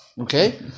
Okay